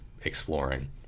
exploring